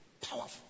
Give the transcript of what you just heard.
Powerful